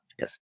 Yes